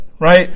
right